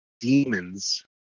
demons